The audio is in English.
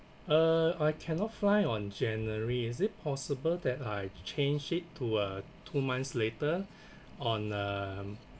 uh I cannot fly on january is it possible that I change it to a two months later on uh